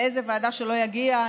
לאיזו ועדה שלא יגיע,